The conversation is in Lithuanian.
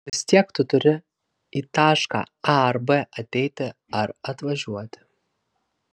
vis tiek tu turi į tašką a ar b ateiti ar atvažiuoti